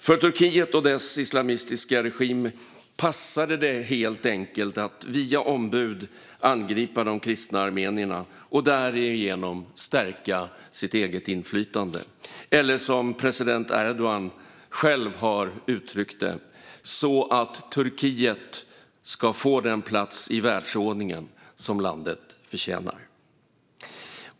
För Turkiet och dess islamistiska regim passade det helt enkelt att via ombud angripa de kristna armenierna och därigenom stärka det egna inflytandet, eller som president Erdogan själv har uttryckt det: se till att Turkiet får den plats i världsordningen som landet förtjänar.